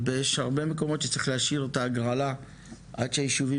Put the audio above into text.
ויש הרבה מקומות שצריך להשאיר את ההגרלה עד שהישובים